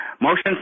motion